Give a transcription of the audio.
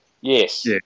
yes